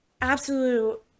absolute